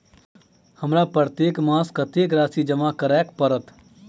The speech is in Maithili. हमरा प्रत्येक मास कत्तेक राशि जमा करऽ पड़त?